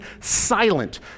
silent